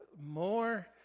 more